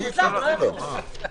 ואז אנחנו לא במצב חירום מיוחד.